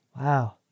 Wow